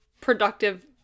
productive